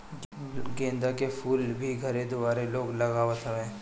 गेंदा के फूल भी घरे दुआरे लोग लगावत हवे